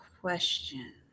question